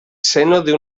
seno